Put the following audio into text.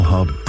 Hub